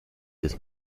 des